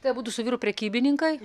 tai abudu su vyru prekybininkai